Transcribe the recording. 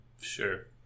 Sure